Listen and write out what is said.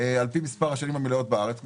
על פי מספר השנים המלאות בארץ.